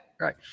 Right